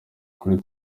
kuri